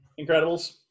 Incredibles